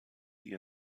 die